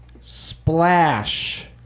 Splash